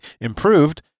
improved